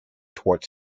toward